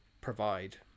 provide